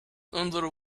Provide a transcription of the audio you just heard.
under